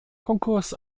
konkurs